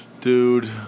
dude